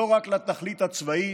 לא רק לתכלית הצבאית,